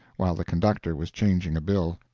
while the conductor was changing a bill,